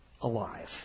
alive